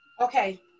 Okay